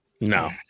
No